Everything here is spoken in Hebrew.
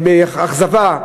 לאכזבה,